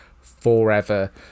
forever